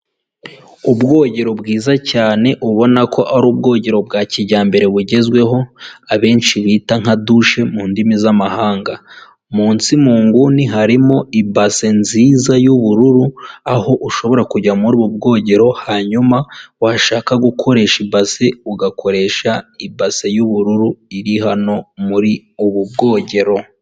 Ubwogero bwiza cyane ubona ko ari ubwogero bwa kijyambere bugezweho, abenshi bita nka douche mu ndimi z'amahanga, munsi mu nguni harimo ibase nziza y'ubururu, aho ushobora kujya muri ubu bwogero, hanyuma washaka gukoresha ibase ugakoresha ibase y'ubururu iri hano muri ubu bwogero.